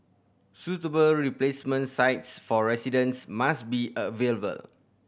suitable replacement sites for residents must be available